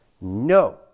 No